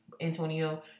Antonio